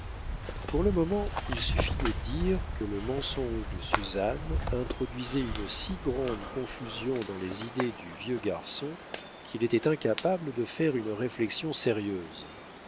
pour le moment il suffit de dire que le mensonge de suzanne introduisait une si grande confusion dans les idées du vieux garçon qu'il était incapable de faire une réflexion sérieuse